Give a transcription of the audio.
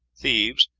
thieves,